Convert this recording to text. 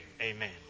Amen